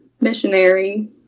missionary